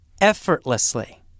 effortlessly